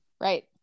Right